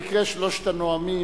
במקרה שלושת הנואמים,